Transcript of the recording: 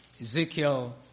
Ezekiel